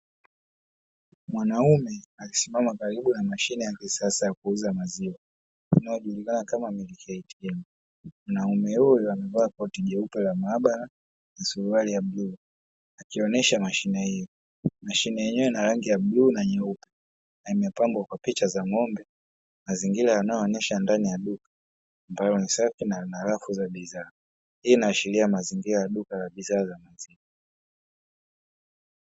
Mwanaume akisimama karibu na mashine ya kisasa ya kuuza maziwa, inayojulikana kama "Milk ATM". Mwanaume huyu amevaa koti jeupe la maabara na suruali ya bluu, akionesha mashine hiyo. Mashine yenyewe ina rangi ya bluu na nyeupe, na imepambwa kwa picha za ng'ombe, mazingira yanayoonyesha ndani ya duka mbayo ni safi na ina rafu za bidhaa. Hii inaashiria mazingira ya duka la bidhaa za maziwa.